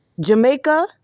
Jamaica